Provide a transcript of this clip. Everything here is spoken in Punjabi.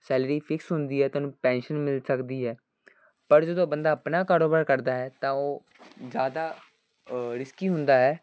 ਸੈਲਰੀ ਫਿਕਸ ਹੁੰਦੀ ਹੈ ਤੁਹਾਨੂੰ ਪੈਨਸ਼ਨ ਮਿਲ ਸਕਦੀ ਹੈ ਪਰ ਜਦੋਂ ਬੰਦਾ ਆਪਣਾ ਕਾੜੋਬਾੜ ਕਰਦਾ ਹੈ ਤਾਂ ਉਹ ਜ਼ਿਆਦਾ ਰਿਸਕੀ ਹੁੰਦਾ ਹੈ